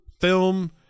film